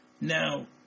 Now